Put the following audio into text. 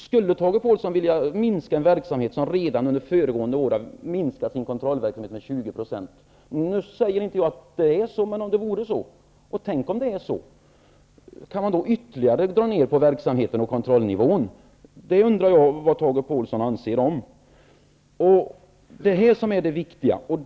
Skulle Tage Pålsson vilja minska en kontrollverksamhet som redan under föregående år har minskat med 20 %? Nu säger inte jag att det är så, men tänk om det vore så! Och tänk om det är så! Kan man då dra ned på verksamheten och kontrollnivån ytterligare? Jag undrar vad Tage Pålsson anser om det. Det är det här som är det viktiga.